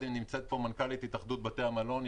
נמצאת פה מנכ"לית התאחדות בתי המלון,